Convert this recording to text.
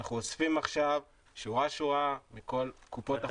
אנחנו אוספים עכשיו שורה-שורה מכל קופות החולים.